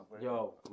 yo